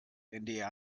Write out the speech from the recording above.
ndr